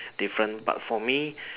different but for me